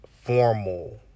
formal